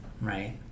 right